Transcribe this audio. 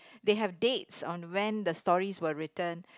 they have dates on when the stories were written